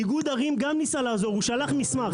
איגוד ערים גם ניסה לעזור, הוא שלח מסמך.